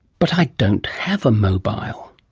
but i don't have a mobile.